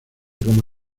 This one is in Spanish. como